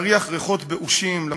להריח ריחות באושים,